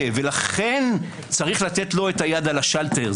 לכן צריך לתת לו את היד על השאלטר.